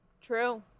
True